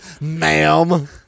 Ma'am